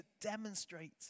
demonstrate